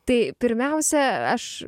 tai pirmiausia aš